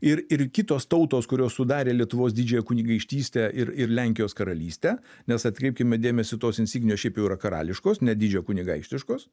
ir ir kitos tautos kurios sudarė lietuvos didžiąją kunigaikštystę ir ir lenkijos karalystę nes atkreipkime dėmesį tos insignijos šiaip jau yra karališkos ne didžio kunigaikštiškos